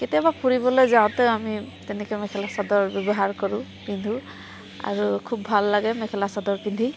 কেতিয়াবা ফুৰিবলৈ যাওঁতেও আমি তেনেকৈ মেখেলা চাদৰ ব্যৱহাৰ কৰোঁ পিন্ধো আৰু খুব ভাল লাগে মেখেলা চাদৰ পিন্ধি